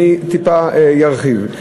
טיפה ארחיב.